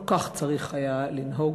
לא כך צריך היה לנהוג,